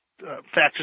factors